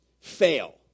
fail